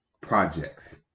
projects